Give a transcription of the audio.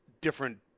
Different